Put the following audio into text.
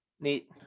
Neat